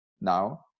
now